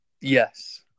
Yes